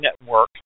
Network